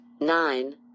nine